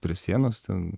prie sienos ten